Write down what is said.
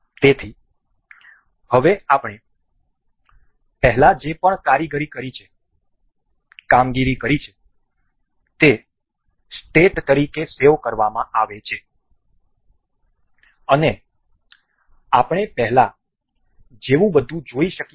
તેથી હવે આપણે પહેલાં જે પણ કામગીરી કરી છે તે સ્ટેટ તરીકે સેવ કરવા માં આવે છે અને આપણે પહેલા જેવું બધું જોઈ શકીએ છીએ